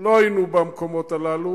לא היינו במקומות האלה.